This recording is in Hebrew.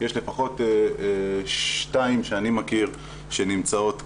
יש לפחות שתיים שאני מכיר שנמצאות כאן,